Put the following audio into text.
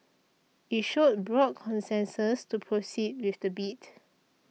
it showed broad consensus to proceed with the bid